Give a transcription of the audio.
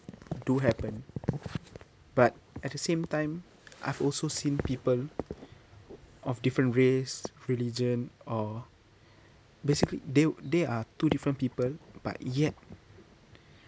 do happen but at the same time I've also seen people of different race religion or basically they they are two different people but yet